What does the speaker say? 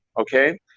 okay